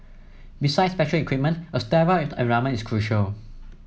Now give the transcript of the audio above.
besides special equipment a sterile environment is crucial